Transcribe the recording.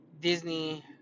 Disney